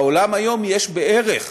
בעולם היום יש בערך